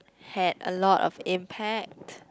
had a lot of impact